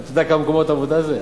אתה יודע כמה מקומות עבודה זה?